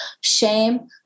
Shame